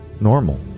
normal